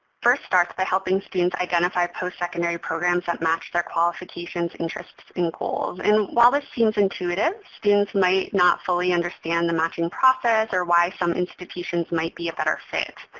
first starts by helping students identify postsecondary programs that match their qualifications, interests, and goals. and while this seems intuitive, students might not fully understand the matching process or why some institutions might be a better fit.